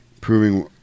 proving